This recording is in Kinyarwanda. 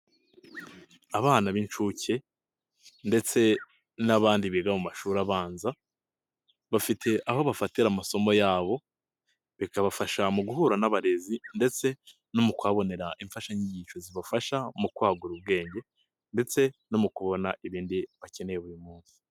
Abana b'inshuke ndetse n'abandi biga mu mashuri abanza bafite aho bafatira amasomo yabo bikabafasha mu guhura n'abarezi ndetse no mu kuhabonera imfashanyigisho zibafasha mu kwagura ubwenge ndetse no mu kubona ibindi bakeneye buri munsi.